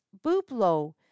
bublo